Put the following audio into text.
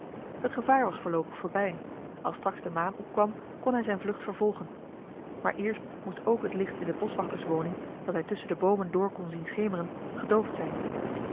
t gevaar was voorloopig voorbij als straks de maan opkwam kon hij zijne vlucht vervolgen maar eerst moest ook het licht in de boschwachterswoning dat hij tusschen de boomen door kon zien schemeren gedoofd zijn